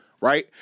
right